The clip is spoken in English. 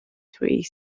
trees